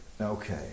Okay